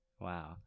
Wow